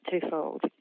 twofold